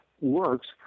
Works